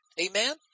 Amen